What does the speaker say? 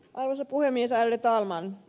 arvoisa puhemies ärade talman